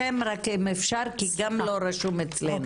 אם אפשר, רק שם כי לא רשום אצלנו.